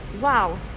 wow